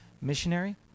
missionary